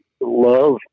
Love